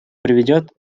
приведет